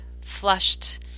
flushed